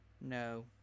No